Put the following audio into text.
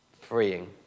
Freeing